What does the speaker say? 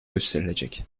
gösterilecek